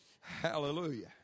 Hallelujah